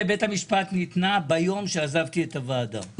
בית המשפט ניתנה ביום שעזבתי את הוועדה.